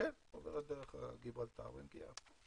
כן, היא עוברת דרך הגיברלטר ומגיעה.